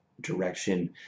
direction